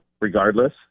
regardless